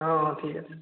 অ' ঠিক আছে